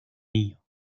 niño